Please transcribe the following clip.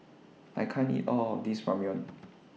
I can't eat All of This Ramyeon